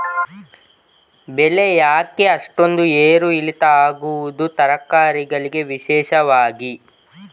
ಬೆಳೆ ಯಾಕೆ ಅಷ್ಟೊಂದು ಏರು ಇಳಿತ ಆಗುವುದು, ತರಕಾರಿ ಗಳಿಗೆ ವಿಶೇಷವಾಗಿ?